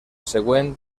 següent